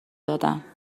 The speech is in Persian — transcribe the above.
دادن